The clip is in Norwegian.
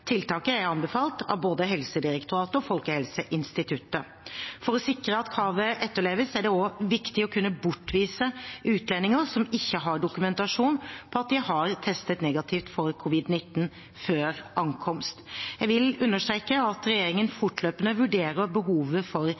Tiltaket er anbefalt av både Helsedirektoratet og Folkehelseinstituttet. For å sikre at kravet etterleves, er det også viktig å kunne bortvise utlendinger som ikke har dokumentasjon på at de har testet negativt for covid-19 før ankomst. Jeg vil understreke at regjeringen fortløpende vurderer behovet for innreiserestriksjoner. Det gjelder også testkravet. Regjeringen har stor forståelse for